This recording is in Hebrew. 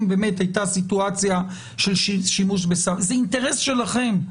אם באמת הייתה סיטואציה של שימוש בסם זה אינטרס שלכם.